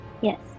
Yes